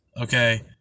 Okay